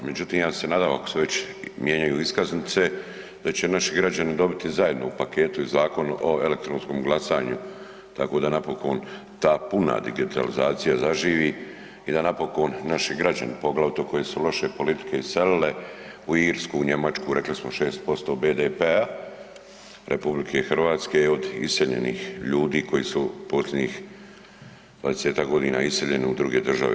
Međutim ja se nadam ako se već mijenjaju iskaznice da će naši građani dobiti zajedno u paketu i Zakon o elektronskom glasanju tako d napokon ta puna digitalizacija zaživi i da napokon naši građani poglavito koje su loše politike iselile u Irsku, Njemačku rekli smo 6% BDP-a RH od iseljenih ljudi koji su posljednjih 20-tak godina iseljeni u druge države.